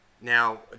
Now